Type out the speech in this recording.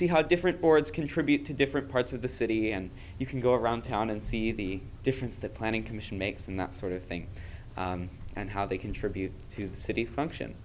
see how different boards contribute to different parts of the city and you can go around town and see the difference the planning commission makes and that sort of thing and how they contribute to the city's function